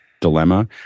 dilemma